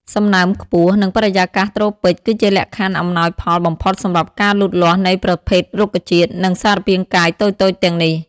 សំណើមខ្ពស់ និងបរិយាកាសត្រូពិក គឺជាលក្ខខណ្ឌអំណោយផលបំផុតសម្រាប់ការលូតលាស់នៃប្រភេទរុក្ខជាតិ និងសារពាង្គកាយតូចៗទាំងនេះ។